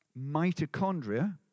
mitochondria